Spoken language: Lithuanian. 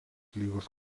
lygos